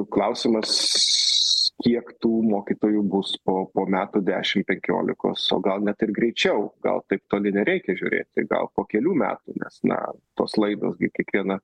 klausimas kiek tų mokytojų bus po po metų dešimt penkiolikos o gal net ir greičiau gal taip toli nereikia žiūrėti gal po kelių metų nes na tos laidos gi kiekvieną